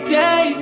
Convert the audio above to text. day